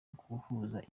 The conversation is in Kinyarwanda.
guhuza